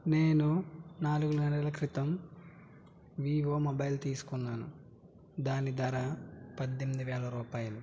నేను నాలుగు నెలల క్రితం వివో మొబైల్ తీసుకున్నాను దాని ధర పద్దెనిమిదివేల రూపాయాలు